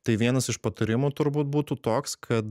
tai vienas iš patarimų turbūt būtų toks kad